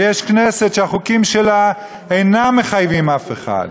ויש כנסת שהחוקים שלה אינם מחייבים אף אחד.